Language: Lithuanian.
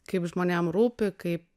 kaip žmonėm rūpi kaip